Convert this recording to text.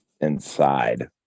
inside